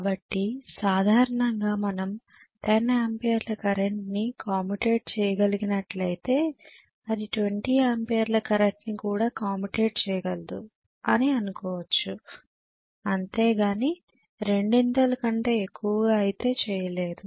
కాబట్టి సాధారణంగా మనం 10 ఆంపియర్ల కరెంట్ని కాముటేట్ చేయగలిగినట్లైతే అది 20 ఆంపియర్ల కరెంట్ ని కూడా కాముటేట్ చేయగలదు అని అనుకోవచ్చు అంతేగాని రెండింతల కంటే ఎక్కువ అయితే చేయలేదు